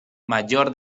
mayor